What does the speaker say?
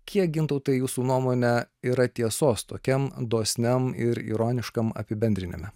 kiek gintautui jūsų nuomone yra tiesos tokiam dosniam ir ironiškam apibendrinime